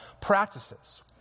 Practices